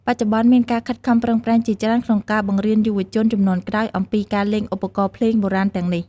បច្ចុប្បន្ន មានការខិតខំប្រឹងប្រែងជាច្រើនក្នុងការបង្រៀនយុវជនជំនាន់ក្រោយអំពីការលេងឧបករណ៍ភ្លេងបុរាណទាំងនេះ។